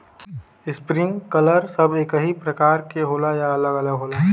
Sprinkler सब एकही प्रकार के होला या अलग अलग होला?